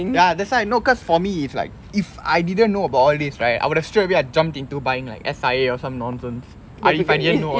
ya that's why no cause for me it's like if I didn't know about all this right I would have straightaway I jumped into buying like S_I_A or some nonsense I if I didn't know all this